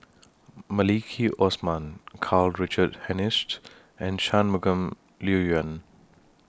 Maliki Osman Karl Richard Hanitsch and Shangguan Liuyun